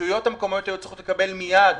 הרשויות המקומיות היו צריכות לקבל מיד תקציבים.